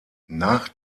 nach